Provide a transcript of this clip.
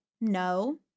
no